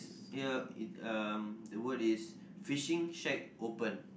ya it um the word is fishing shack open